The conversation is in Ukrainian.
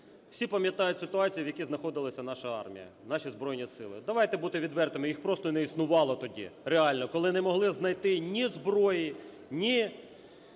всі пам'ятають ситуацію, в якій знаходилася наша армія, наші Збройні Сили. Давайте бути відвертими, їх просто і не існувало тоді реально, коли не могли знайти ні зброї, ні